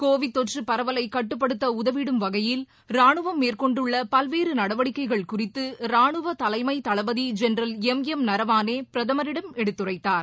Covid தொற்றுபரவலைகட்டுப்படுத்தஉதவிடும் வகையில் ராணுவம் மேற்கொண்டுள்ளபல்வேறுநடவடிக்கைகள் குறித்தரானுவதலைமைதளபதிஜெனரல் எம் எம் நரவனேபிரதமரிடம் எடுத்துரைத்தார்